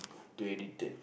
too addicted